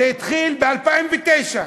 זה התחיל ב-2009.